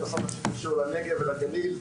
בכל מה שקשור לנגב ולגליל,